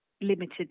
Limited